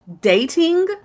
dating